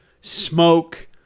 smoke